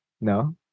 no